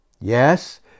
yes